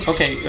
Okay